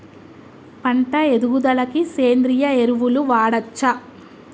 పంట ఎదుగుదలకి సేంద్రీయ ఎరువులు వాడచ్చా?